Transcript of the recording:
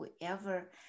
whoever